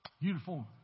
uniform